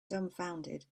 dumbfounded